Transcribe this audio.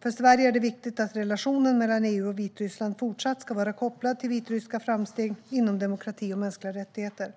För Sverige är det viktigt att relationen mellan EU och Vitryssland även fortsättningsvis ska vara kopplad till vitryska framsteg inom demokrati och mänskliga rättigheter.